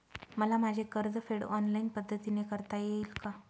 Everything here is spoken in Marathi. मला माझे कर्जफेड ऑनलाइन पद्धतीने करता येईल का?